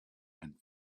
and